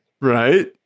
Right